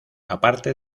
aparte